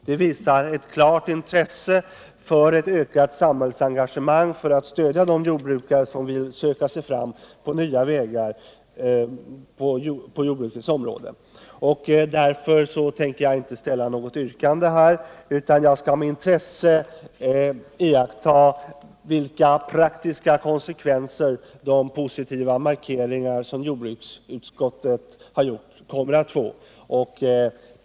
Det visar ett klart intresse för ett ökat samhällsengagemang för att stödja de jordbrukare som vill söka sig fram på nya vägar i fråga om odlingsmetoder. Därför skall jag inte ställa något yrkande, utan kommer med intresse att iaktta vilka praktiska konsekvenser de positiva markeringar som misk odling jordbruksutskottet har gjort kommer att få.